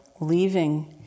leaving